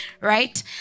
right